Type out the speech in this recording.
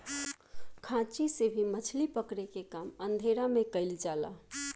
खांची से भी मछली पकड़े के काम अंधेरा में कईल जाला